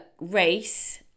race